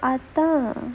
அதான்:athaan